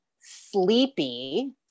sleepy